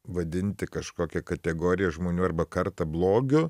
vadinti kažkokią kategoriją žmonių arba kartą blogiu